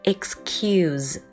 Excuse